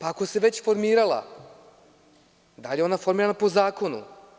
Ako se već formirala, da li je ona formirana po zakonu?